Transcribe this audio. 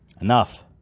Enough